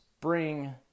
bring